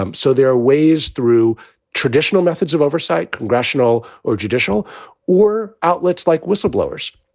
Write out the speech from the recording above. um so there are ways through traditional methods of oversight, congressional or judicial or outlets like whistleblowers.